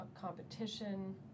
competition